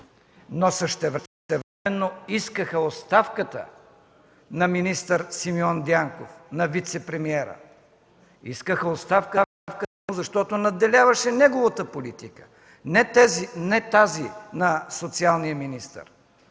но същевременно искаха оставката на министър Симеон Дянков, на вицепремиера, защото надделяваше неговата политика, не тази на социалния министър,